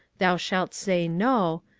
thou shalt say no,